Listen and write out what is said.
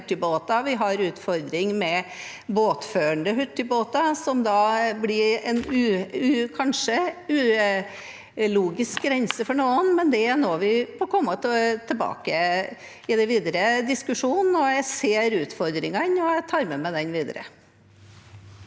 vi har utfordringen med bilførende hurtigbåter, som kanskje blir en ulogisk grense for noen, men det er noe vi får komme tilbake til i den videre diskusjonen. Jeg ser utfordringene, og jeg tar med meg dette videre.